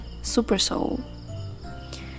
Supersoul